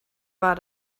war